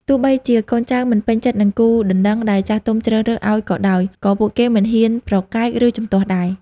ទោះបីជាកូនចៅមិនពេញចិត្តនឹងគូដណ្តឹងដែលចាស់ទុំជ្រើសរើសឱ្យក៏ដោយ ក៏ពួកគេមិនហ៊ានប្រកែក ឬជំទាស់ដែរ។